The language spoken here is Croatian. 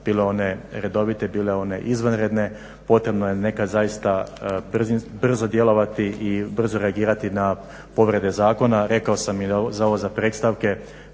bilo one redovite, bile one izvanredne. Potrebno je nekad zaista brzo djelovati i brzo reagirati na povrede zakona. Rekao sam i ovo za predstavke.